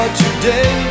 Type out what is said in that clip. today